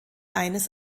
eines